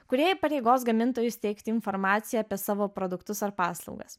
kurie įpareigos gamintojus teikti informaciją apie savo produktus ar paslaugas